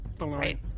Right